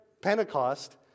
Pentecost